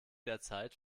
derzeit